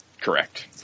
Correct